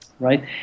right